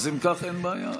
אם כך, אין בעיה.